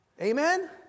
Amen